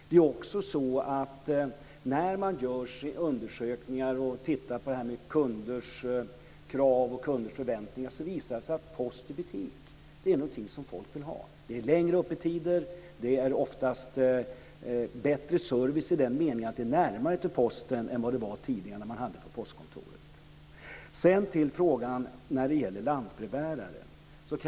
Det är också så att när man gör undersökningar och tittar på kunders krav och förväntningar visar det sig att post-i-butik är något som folk vill ha. Det är längre öppettider. Det är oftast bättre service i den meningen att det är närmare till posten än vad det var tidigare, när man hade postkontoret. Sedan till frågan om lantbrevbärare.